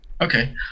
okay